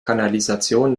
kanalisation